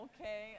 okay